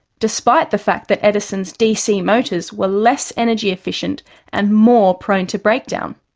despite the fact that edison's dc motors were less energy efficient and more prone to breakdown.